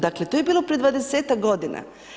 Dakle, to je bilo prije 20-ak godina.